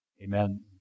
Amen